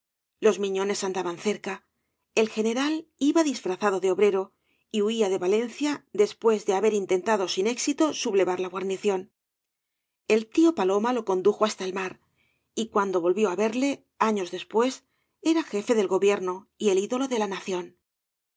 los miñones andaban cerca el general iba disfrazado de obrero y huía de valencia después de haber intentado sin éxito sublevar la guarnición el tío paloma lo condujo hasta el mar y cuando volvió á verle años despuéa era jófe del gobierno y el ídolo de la nación